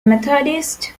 methodist